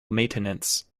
maintenance